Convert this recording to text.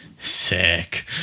sick